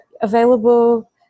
available